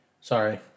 Sorry